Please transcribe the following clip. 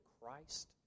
Christ